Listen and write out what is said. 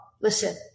Listen